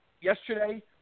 yesterday